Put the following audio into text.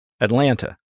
Atlanta